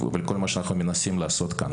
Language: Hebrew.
ולכל מה שאנחנו מנסים לעשות כאן.